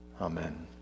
Amen